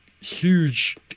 huge